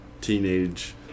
teenage